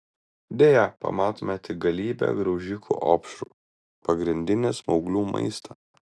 deja pamatome tik galybę graužikų opšrų pagrindinį smauglių maistą